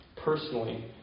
personally